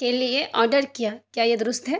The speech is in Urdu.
کے لیے آرڈر کیا کیا یہ درست ہے